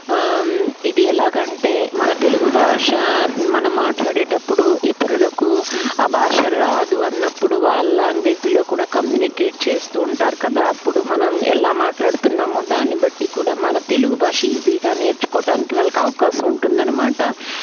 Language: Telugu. ఇది ఎలాగంటే మన తెలుగు బాషా మనం మాట్లాడేటప్పుడు ఇతరులకు ఆ బాషా రాదు అన్నప్పుడు వాళ్ళ లాంగ్వేజ్లో కూడా కమ్యూనికేట్ చేస్తూ ఉంటారు కదా అప్పుడు మనం ఎలా మాట్లాడుతున్నామో దాని బట్టి కూడా మన తెలుగు బాషా ఈసీగా నేర్చుకోటానికి వాళ్ళకి అవకాశం ఉంటుందన్నమాట